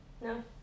No